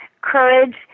courage